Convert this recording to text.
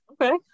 okay